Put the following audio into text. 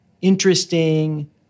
interesting